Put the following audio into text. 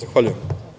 Zahvaljujem.